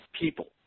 people